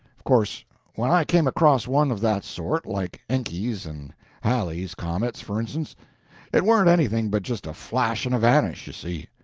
of course when i came across one of that sort like encke's and halley's comets, for instance it warn't anything but just a flash and a vanish, you see.